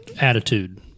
attitude